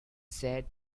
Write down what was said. said